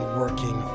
working